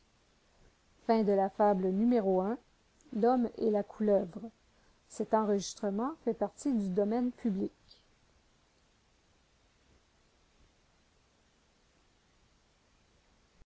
l'homme et la couleuvre